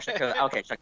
okay